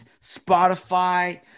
Spotify